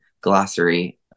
glossary